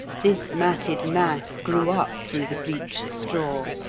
this matted mass grew up through the bleached straw.